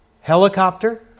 Helicopter